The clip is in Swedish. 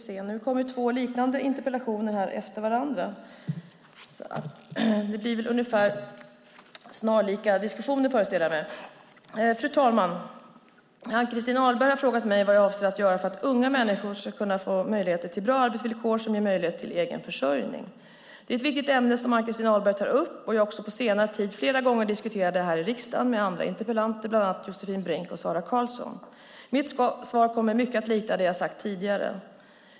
Fru talman! Ann-Christin Ahlberg har frågat mig vad jag avser att göra för att unga människor ska få möjlighet till bra arbetsvillkor som ger möjlighet till egen försörjning. Det är ett viktigt ämne som Ann-Christin Ahlberg tar upp, och jag har också på senare tid flera gånger diskuterat det här i riksdagen med andra interpellanter, bland andra Josefin Brink och Sara Karlsson. Mitt svar kommer mycket att likna det jag sagt tidigare.